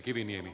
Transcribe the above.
puhemies